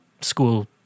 school